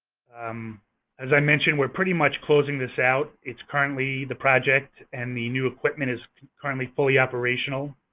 um as i mentioned, we're pretty much closing this out. it's currently the project and the new equipment is currently fully operational.